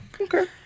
Okay